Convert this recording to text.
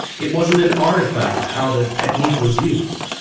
it wasn't an artifact of how the technique was used.